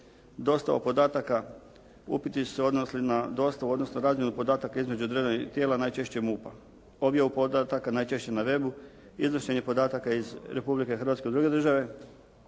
Dostava podataka. Upiti su se odnosili na dostavu, odnosno razmjenu podataka između državnih tijela najčešće MUP-a, objavu podataka najčešće na webu, iznošenje podataka iz Republike Hrvatske u druge države,